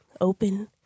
open